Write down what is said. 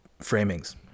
framings